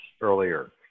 earlier